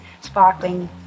sparkling